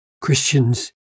Christians